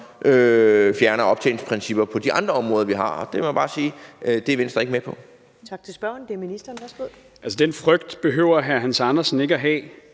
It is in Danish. fjerner optjeningsprincipper på de andre områder, vi har det på. Det må jeg bare sige at Venstre ikke er med på.